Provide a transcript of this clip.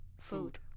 food